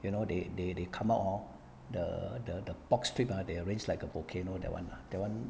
you know they they they come out hor the the the box trip ah they arranged like a volcano that [one] ah that [one]